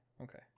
Okay